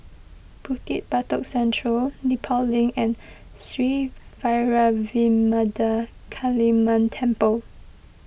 Bukit Batok Central Nepal Link and Sri Vairavimada Kaliamman Temple